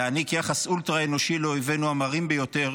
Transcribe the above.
להעניק יחס אולטרה-אנושי לאויבינו המרים ביותר